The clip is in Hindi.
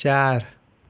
चार